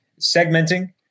segmenting